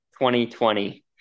2020